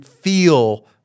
feel